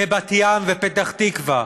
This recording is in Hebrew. בבת-ים ובפתח-תקווה,